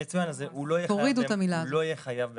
אז מצוין, הוא לא יהיה חייב במס.